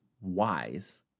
wise